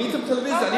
ראיתם טלוויזיה.